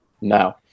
No